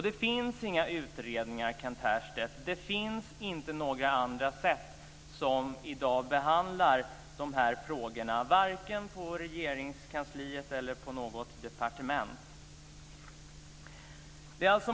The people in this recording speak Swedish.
Det finns inga utredningar, Kent Härstedt. Det finns inte några andra sätt som i dag behandlar frågorna, varken på Regeringskansliet eller på något departement.